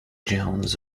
jones